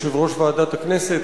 יושב-ראש ועדת הכנסת,